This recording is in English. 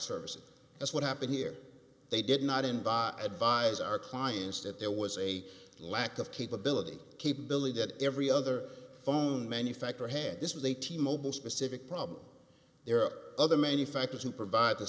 services as what happened here they did not involve advise our clients that there was a lack of capability capability that every other phone manufacturer had this with a t mobile specific problem there are other manufacturers who provide the